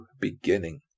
beginning